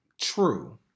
true